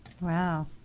Wow